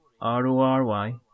R-O-R-Y